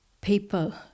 people